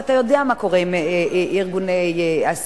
ואתה יודע מה קורה עם ארגוני הסיוע,